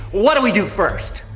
what do we do first?